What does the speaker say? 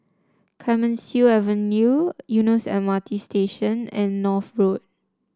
Clemenceau Avenue Eunos M R T Station and North Road